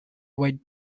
wide